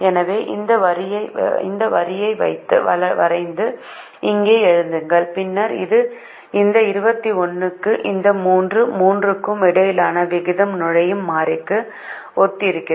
எனவே இந்த வரியை வரைந்து இங்கே எழுதுங்கள் பின்னர் இது இந்த 21 க்கும் இந்த 3 3 க்கும் இடையிலான விகிதம் நுழையும் மாறிக்கு ஒத்திருக்கிறது